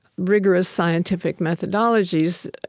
rigorous scientific methodologies,